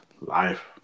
life